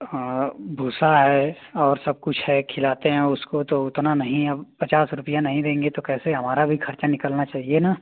हाँ भूसा है और सब कुछ है खिलाते हैं उसको तो उतना नहीं अब पचास रुपिया नहीं देंगे तो कैसे हमारा भी खर्चा निकलना चाहिए न